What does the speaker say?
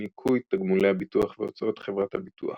בניכוי תגמולי הביטוח והוצאות חברת הביטוח